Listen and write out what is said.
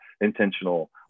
intentional